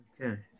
Okay